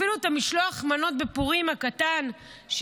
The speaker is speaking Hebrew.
אפילו את משלוח המנות הקטן בפורים של